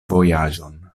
vojaĝon